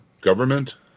government